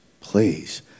please